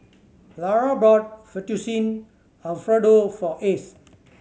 Lara bought Fettuccine Alfredo for Ace